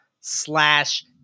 slash